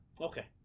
Okay